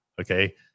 Okay